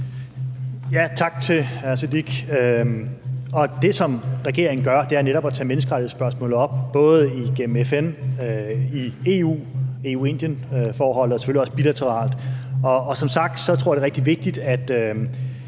Tak til hr. Siddique. Det, som regeringen gør, er netop at tage menneskerettighedsspørgsmålet op både igennem FN og EU, altså i EU-Indien-forholdet og selvfølgelig også bilateralt. Og jeg tror som sagt, det er rigtig vigtigt at